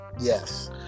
Yes